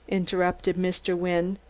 interrupted mr. wynne,